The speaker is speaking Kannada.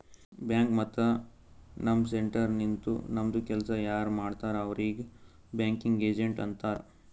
ಬ್ಯಾಂಕ್ ಮತ್ತ ನಮ್ ಸೆಂಟರ್ ನಿಂತು ನಮ್ದು ಕೆಲ್ಸಾ ಯಾರ್ ಮಾಡ್ತಾರ್ ಅವ್ರಿಗ್ ಬ್ಯಾಂಕಿಂಗ್ ಏಜೆಂಟ್ ಅಂತಾರ್